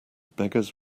beggars